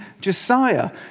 Josiah